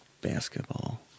Basketball